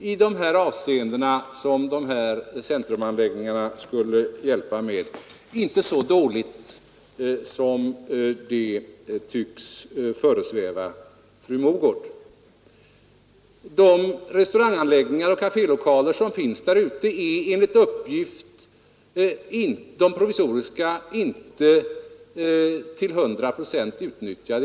I de avseenden som centrumbyggnaderna i Frescati skulle vara till för har studenterna det inte så dåligt som det tycks föresväva fru Mogård. De provisoriska restaurangoch kafélokaler som finns där ute är enligt uppgift inte utnyttjade till 100 procent i dag.